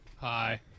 Hi